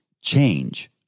change